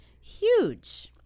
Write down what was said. Huge